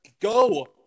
go